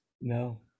No